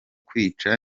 kwica